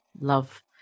love